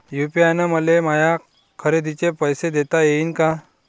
UPI न मले माया खरेदीचे पैसे देता येईन का?